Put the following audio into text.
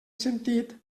sentit